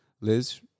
Liz